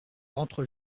rentre